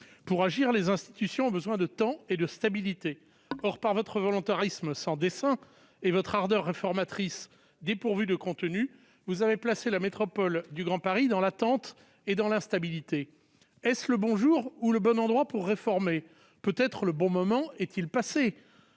Pour agir, les institutions ont besoin de temps et de stabilité. Or, par votre volontarisme sans dessein et votre ardeur réformatrice dépourvue de contenu, vous avez mis la métropole du Grand Paris en attente ; vous l'avez enfoncée dans l'instabilité. Est-ce le bon jour ou le bon endroit pour réformer ? Peut-être le bon moment est-il passé ?